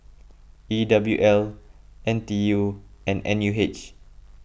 E W L N T U and N U H